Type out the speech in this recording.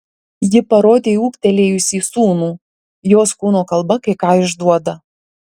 ji parodė ūgtelėjusį sūnų jos kūno kalba kai ką išduoda